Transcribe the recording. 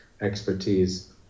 expertise